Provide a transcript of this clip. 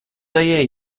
дає